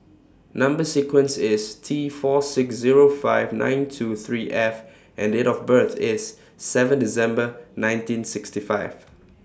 Number sequence IS T four six Zero five nine two three F and Date of birth IS seven December nineteen sixty five